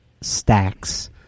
stacks